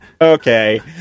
okay